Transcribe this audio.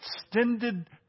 extended